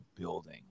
building